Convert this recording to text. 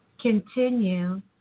continue